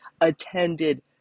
attended